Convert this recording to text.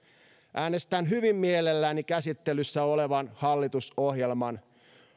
äänestän hyvin mielelläni käsittelyssä olevan hallitusohjelman